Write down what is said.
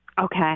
Okay